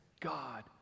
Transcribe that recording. God